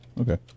okay